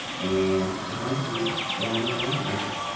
and tick-borne disease is one of them, and i just